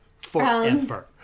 forever